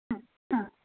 हा